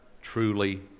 truly